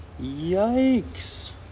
Yikes